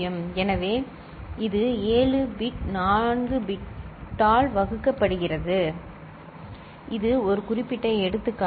எனவே இது 7 பிட் 4 பிட்டால் வகுக்கப்படுகிறது இது ஒரு குறிப்பிட்ட எடுத்துக்காட்டு